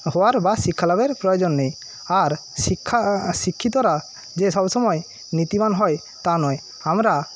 হওয়ার বা শিক্ষালাভের প্রয়োজন নেই আর শিক্ষা শিক্ষিতরা যে সবসময় নীতিবান হয় তা নয় আমরা